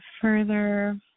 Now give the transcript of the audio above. further